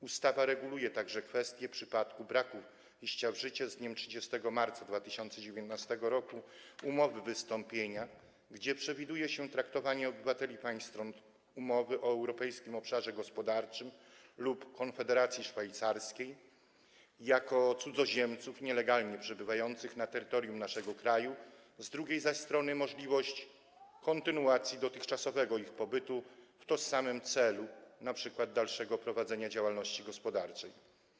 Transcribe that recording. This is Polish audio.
Ustawa reguluje także kwestię braku wejścia w życie z dniem 30 marca 2019 r. umowy wystąpienia, gdzie przewiduje się traktowanie obywateli państw stron umowy o Europejskim Obszarze Gospodarczym lub Konfederacji Szwajcarskiej jako cudzoziemców nielegalnie przebywających na terytorium naszego kraju, z drugiej zaś strony możliwość kontynuowania dotychczasowego ich pobytu w tożsamym celu, np. dalszego prowadzenia działalności gospodarczej.